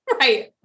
Right